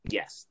yes